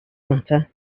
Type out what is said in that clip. matter